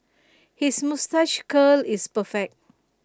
his moustache curl is perfect